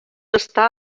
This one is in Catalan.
està